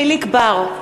יחיאל חיליק בר,